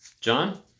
John